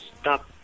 stop